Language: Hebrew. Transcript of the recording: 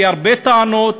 כי הרבה טענות,